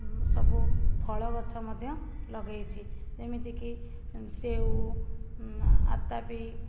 ସବୁ ଫଳଗଛ ମଧ୍ୟ ଲଗାଇଛି ଯେମିତିକି ସେଓ ଆତାପି